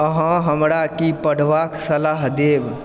अहाँ हमरा की पढ़बाक सलाह देब